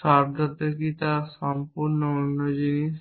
শব্দার্থ কী তা সম্পূর্ণ অন্য জিনিস